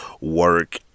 work